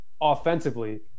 offensively